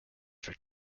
for